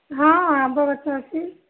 ହଁ ଆମ୍ବ ଗଛ ଅଛି